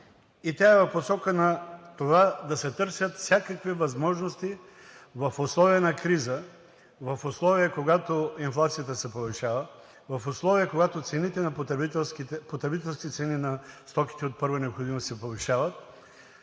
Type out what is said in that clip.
тя е в посока на това да се търсят всякакви възможности в условия на криза, в условия, когато инфлацията се повишава, в условия, когато потребителските цени на стоките от първа необходимост се повишават,